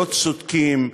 לא צודקים,